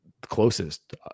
closest